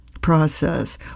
process